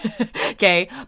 okay